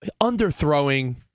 Underthrowing